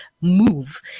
move